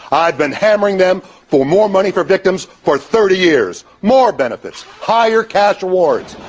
i've been hammering them for more money for victims for thirty years. more benefits, higher cash awards.